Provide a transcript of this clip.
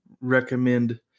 recommend